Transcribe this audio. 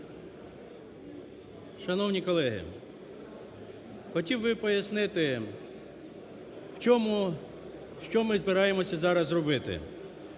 Шановні колеги, хотів би пояснити, в чому… що ми збираємося зараз зробити.